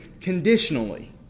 conditionally